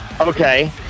okay